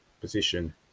position